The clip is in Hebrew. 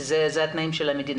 כי אלה התנאים של המדינה.